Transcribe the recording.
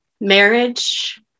marriage